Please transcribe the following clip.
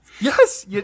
Yes